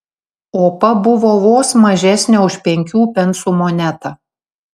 opa buvo vos mažesnė už penkių pensų monetą